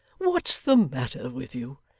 what's the matter with you?